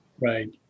Right